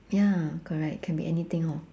ya correct can be anything hor